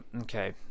okay